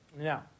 Now